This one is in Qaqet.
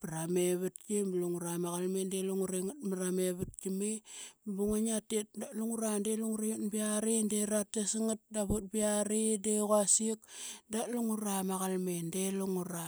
pra mevatki ba lungura ma qalmin de lungure ngat pra mavatki me. Da lungura ut ba yiari da ratas ngat davut ba yari de quasik, da lungura ma qalmin de lungura.